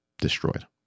destroyed